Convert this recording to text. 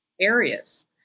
areas